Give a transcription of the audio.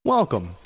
Welcome